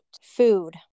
food